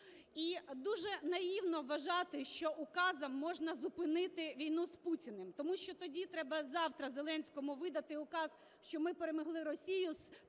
І дуже наївно вважати, що указом можна зупинити війну з Путіним. Тому що тоді треба завтра Зеленському видати указ, що ми перемогли Росію, спалити